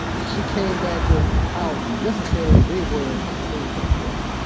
and she came back with how necessary they were how they'd helped her.